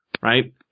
right